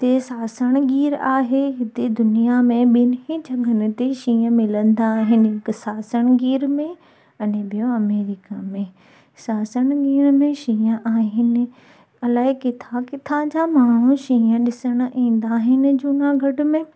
हिते सासन गिर आहे हिते दुनिया में ॿिन्हिनि जॻहियुनि ते शींहं मिलंदा आहिन हिकु सासन गिर में अने ॿियो अमेरिका में सासन गिर में शींहं आहिनि अलाए किथां किथां जा माण्हू उहे ॾिसणु ईंदा आहिनि जूनागढ़ में